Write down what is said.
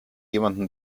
jemanden